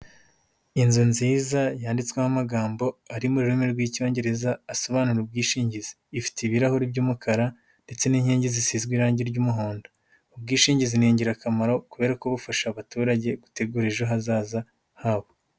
Inzu nziza yanditsweho amagambo ari mu rurimi rw'icyongereza asobanura ubwishingizi ,ifite ibirahuri by'umukara ndetse n'inkingi zisizwe irangi ry'umuhondo. Ubwishingizi ni ingirakamaro kuberako bufasha abaturage gutegura ejo hazaza habo.